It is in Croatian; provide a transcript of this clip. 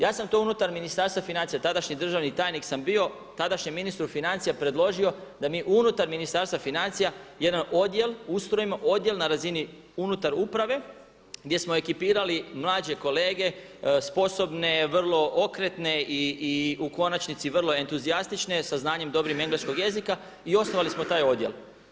Ja sam to unutar Ministarstva financija, tadašnji državni tajnik sam bio, tadašnjem ministru financija predložio da mi unutar Ministarstva financija jedan odjel ustrojimo odjel unutar uprave, gdje smo ekipirali mlađe kolege, sposobne, vrlo okretne i u konačnici vrlo entuzijastične, sa znanjem dobrim engleskoga jezika i osnovali smo taj odjel.